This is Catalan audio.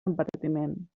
advertiment